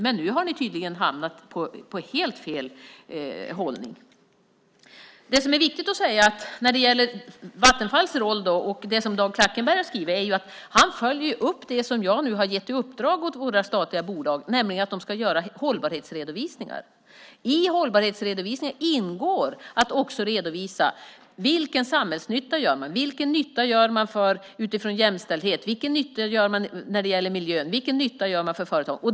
Men nu har ni tydligen hamnat i helt fel hållning. Det som är viktigt att säga när det gäller Vattenfalls roll och det som Dag Klackenberg har skrivit är att han följer upp det som jag nu har gett i uppdrag åt våra statliga bolag, nämligen att de ska göra hållbarhetsredovisningar. I hållbarhetsredovisningar ingår att redovisa vilken samhällsnytta man gör, vilken nytta man gör för jämställdheten, miljön och företagen.